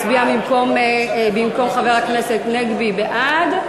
הצביע במקום חבר הכנסת הנגבי בעד,